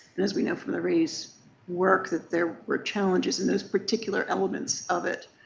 as we know from the raise work that there were challenges in those particular elements of it.